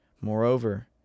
Moreover